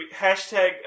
Hashtag